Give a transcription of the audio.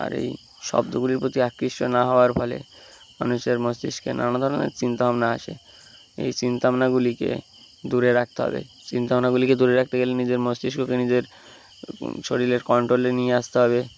আর এই শব্দগুলির প্রতি আকৃষ্ট না হওয়ার ফলে মানুষের মস্তিষ্কে নানা ধরনের চিন্তাভাবনা আসে এই চিন্তা ভাবনাগুলিকে দূরে রাখতে হবে চিন্তা ভাবনাগুলিকে দূরে রাখতে গেলে নিজের মস্তিষ্ককে নিজের শরীরের কন্ট্রোলে নিয়ে আসতে হবে